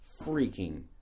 freaking